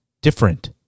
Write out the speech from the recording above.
different